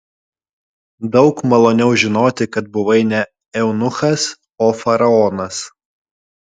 daug maloniau žinoti kad buvai ne eunuchas o faraonas